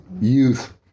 youth